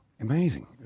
Amazing